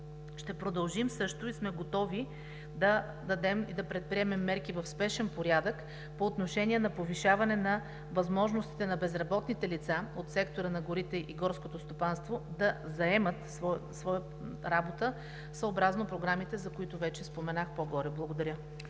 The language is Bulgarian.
Ще продължим също и сме готови да предприемем мерки в спешен порядък по отношение повишаване на възможностите на безработните лица от сектора на горите и горското стопанство да заемат своя работа съобразно програмите, за което вече споменах по-горе. Благодаря.